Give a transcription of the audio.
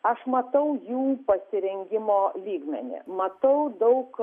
aš matau jų pasirengimo lygmenį matau daug